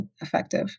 effective